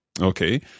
okay